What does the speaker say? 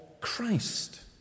Christ